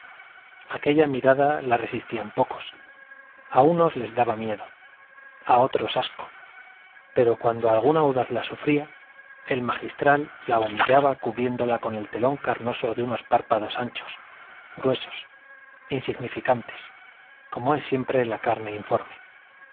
aquella mirada la resistían pocos a unos les daba miedo a otros asco pero cuando algún audaz la sufría el magistral la humillaba cubriéndola con el telón carnoso de unos párpados anchos gruesos insignificantes como es siempre la carne informe